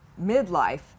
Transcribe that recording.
midlife